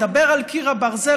מדבר על קיר הברזל,